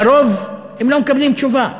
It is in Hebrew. לרוב הם לא מקבלים תשובה,